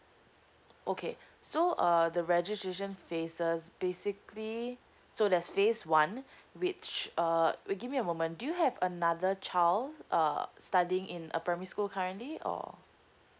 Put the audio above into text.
okay so err the registration phases basically so there's phase one which uh give me a moment do you have another child uh studying in a primary school currently or